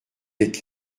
êtes